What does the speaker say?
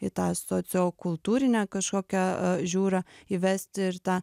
į tą sociokultūrinę kažkokią žiūrą įvesti ir tą